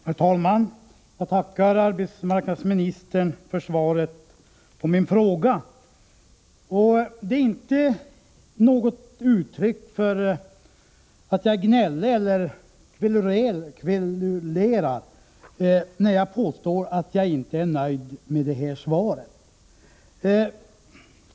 Herr talman! Jag tackar arbetsmarknadsministern för svaret på min fråga. Det är inte uttryck för gnäll eller kverulans när jag påstår att jag inte är nöjd med det.